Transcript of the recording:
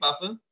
buffer